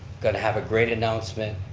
going to have a great announcement,